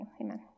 amen